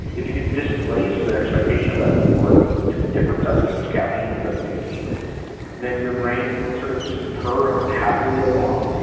if you can displace the expectation of that reward to a different substance caffeine instead of nicotine then your brain will sort of just purr up happily along